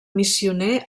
missioner